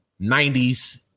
90s